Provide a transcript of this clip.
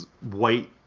white